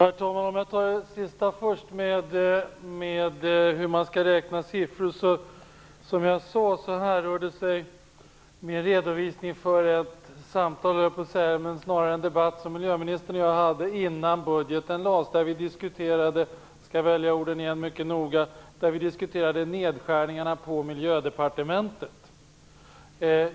Herr talman! Jag kan ta det sista först, om hur man skall räkna. Som jag sade, härrör sig min redovisning från en debatt som miljöministern och jag hade innan budgeten lades fram. Vi diskuterade - jag skall välja orden mycket noga igen - nedskärningarna på Miljödepartementet.